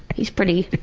he's pretty.